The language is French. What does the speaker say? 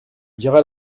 diras